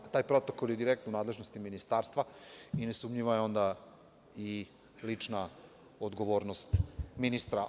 Taj protokol je direktno u nadležnosti ministarstva i nesumnjiva je onda i lična odgovornost ministra.